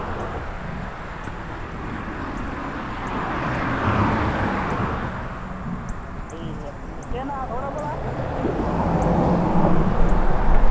ठीक ऐ ठीक ऐ केह् नांऽ थुआढ़ा भला